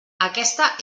aquesta